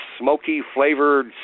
smoky-flavored